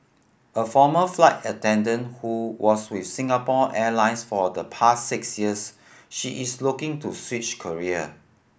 a former flight attendant who was with Singapore Airlines for the past six years she is looking to switch career